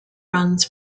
runs